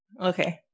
Okay